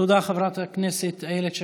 תודה, חברת הכנסת איילת שקד.